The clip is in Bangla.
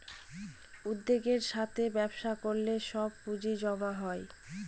উদ্যোগের সাথে ব্যবসা করলে সব পুজিঁ জমানো হয়